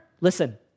listen